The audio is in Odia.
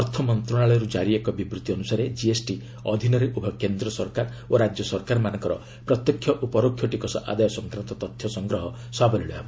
ଅର୍ଥ ମନ୍ତ୍ରଣାଳୟରୁ ଜାରି ଏକ ବିବୃତ୍ତି ଅନୁସାରେ କିଏସ୍ଟି ଅଧୀନରେ ଉଭୟ କେନ୍ଦ୍ର ସରକାର ଓ ରାଜ୍ୟ ସରକାରମାନଙ୍କର ପ୍ରତ୍ୟକ୍ଷ ଓ ପରୋକ୍ଷ ଟିକସ ଆଦାୟ ସଂକ୍ରାନ୍ତ ତଥ୍ୟ ସଂଗ୍ରହ ସାବଲୀଳ ହେବ